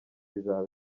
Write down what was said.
izaba